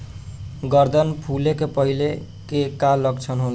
गर्दन फुले के पहिले के का लक्षण होला?